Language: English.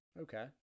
Okay